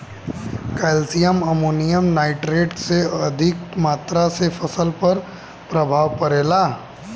Calcium ammonium nitrate के अधिक मात्रा से फसल पर का प्रभाव परेला?